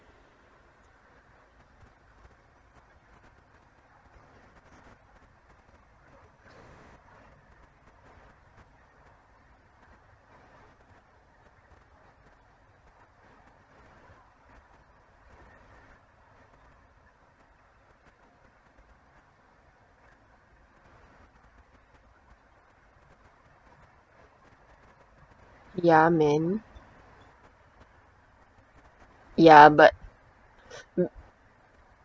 ya man ya but